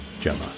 Gemma